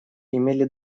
имели